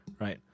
right